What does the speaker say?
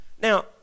Now